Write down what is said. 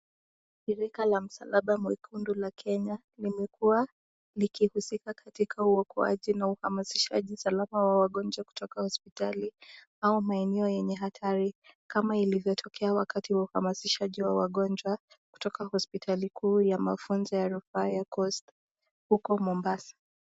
Shirika la Msalaba Mwekundu la Kenya limekuwa likihusika katika uokoaji na uhamazishaji usakama wa wagonjwa kutoka hospitalini au maeneo yenye hatari. Kama ilivyo tokea wakati wa uhamazishaji wa wagonjwa kutoka hospitali kuu ya mafunzo ya rufaa ya coast uko Mombasa.